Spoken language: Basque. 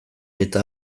eta